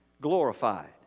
glorified